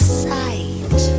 sight